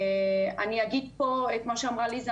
אני אגיד פה את מה שאמרה ליזה,